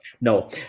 No